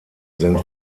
sind